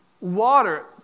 Water